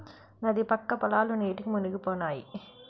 నది పక్క పొలాలు నీటికి మునిగిపోనాయి